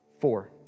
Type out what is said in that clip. Four